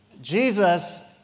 Jesus